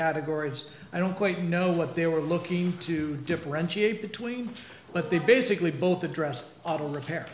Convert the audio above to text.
categories i don't quite know what they were looking to differentiate between but they basically both address the repair